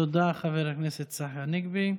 תודה, חבר הכנסת צחי הנגבי.